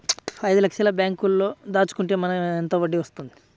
ఐదు లక్షల బ్యాంక్లో దాచుకుంటే మనకు ఎంత వడ్డీ ఇస్తారు?